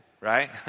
Right